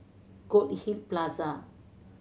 Goldhill Plaza